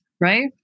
right